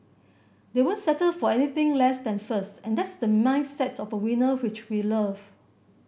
they won't settle for anything less than first and that's the mindset of a winner which we love